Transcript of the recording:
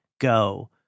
go